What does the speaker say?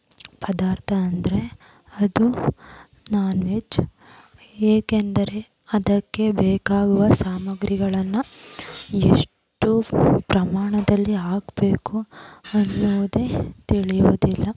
ಪದಾರ್ಥ ಅಂದರೆ ಅದು ನಾನ್ವೆಜ್ ಏಕೆಂದರೆ ಅದಕ್ಕೆ ಬೇಕಾಗುವ ಸಾಮಗ್ರಿಗಳನ್ನು ಎಷ್ಟು ಪ್ರಮಾಣದಲ್ಲಿ ಹಾಕಬೇಕು ಅನ್ನೋದೇ ತಿಳಿಯೋದಿಲ್ಲ